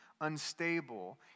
unstable